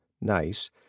NICE